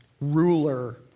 ruler